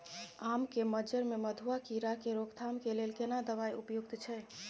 आम के मंजर में मधुआ कीरा के रोकथाम के लेल केना दवाई उपयुक्त छै?